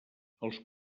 els